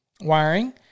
wiring